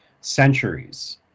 centuries